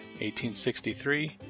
1863